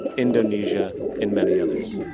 indonesia and many others.